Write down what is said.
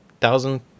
Thousand